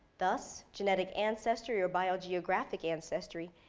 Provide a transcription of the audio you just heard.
thus, genetic ancestry or biogeographic ancestry,